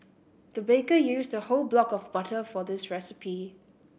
the baker used a whole block of butter for this recipe